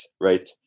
right